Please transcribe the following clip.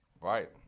Right